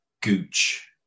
Gooch